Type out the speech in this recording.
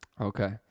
Okay